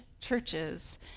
churches